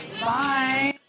Bye